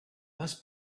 must